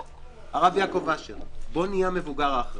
הרב יעקב אשר, בוא נהיה המבוגר האחראי,